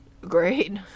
Great